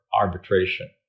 arbitration